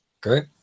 Great